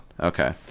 Okay